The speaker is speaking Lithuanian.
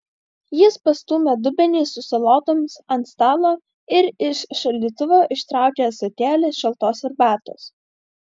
jis pastūmė dubenį su salotoms ant stalo ir iš šaldytuvo ištraukė ąsotėlį šaltos arbatos